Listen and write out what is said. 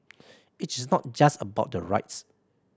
it is not just about the rights